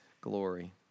glory